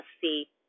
see